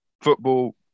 football